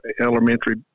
elementary